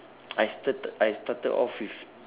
I started I started off with